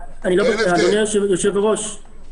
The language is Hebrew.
אדוני היושב-ראש,